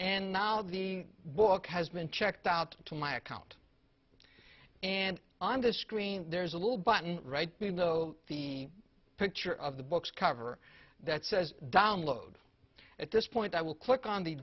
and now the book has been checked out to my account and on the screen there's a little button right below the picture of the book's cover that says download at this point i will click on the